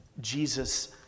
Jesus